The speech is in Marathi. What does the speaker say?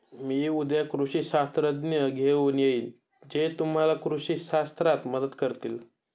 मी उद्या कृषी शास्त्रज्ञ घेऊन येईन जे तुम्हाला कृषी शास्त्रात मदत करतील